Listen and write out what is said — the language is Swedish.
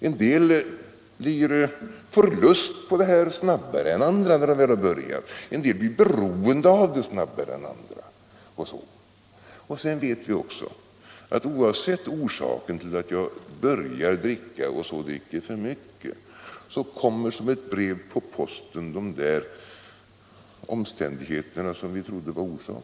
Somliga får lust på det här snabbare än andra när de väl har börjat, en del blir beroende av det snabbare än andra, osv. Och sedan vet vi också att, oavsett orsaken till att de börjat dricka och sedan dricker för mycket, kommer som ett brev på posten de där omständigheterna som vi trodde var orsaken.